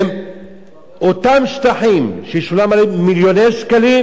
אותם שטחים ששולמו עליהם מיליוני שקלים,